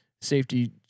safety